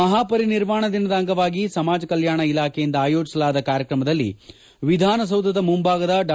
ಮಹಾ ಪರಿನಿರ್ವಾಣ ದಿನದ ಅಂಗವಾಗಿ ಸಮಾಜ ಕಲ್ಕಾಣ ಇಲಾಖೆಯಿಂದ ಅಯೋಜಿಸಲಾದ ಕಾರ್ಯಕ್ರಮದಲ್ಲಿ ವಿಧಾನಸೌಧ ಮುಂಭಾಗದ ಡಾ